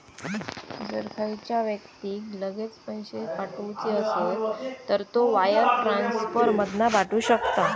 जर खयच्या व्यक्तिक लगेच पैशे पाठवुचे असत तर तो वायर ट्रांसफर मधना पाठवु शकता